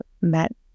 met